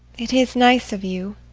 it is nice of you.